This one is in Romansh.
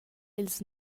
ils